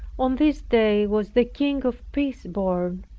on this day was the king of peace born,